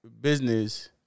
business